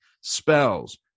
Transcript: spells